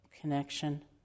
connection